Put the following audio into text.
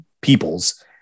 peoples